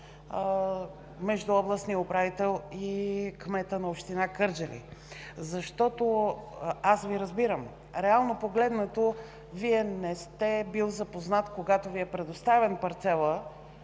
между областния управител и кмета на община Кърджали. Разбирам Ви. Реално погледнато, Вие не сте бил запознат, когато Ви е предоставен парцелът,